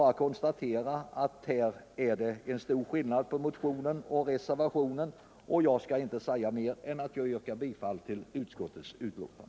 Jag konstaterar bara att det är stor skillnad mellan motionen och reservationen. Jag yrkar bifall till utskottets hemställan.